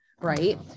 Right